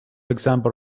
example